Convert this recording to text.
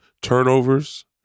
turnovers